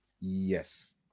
Yes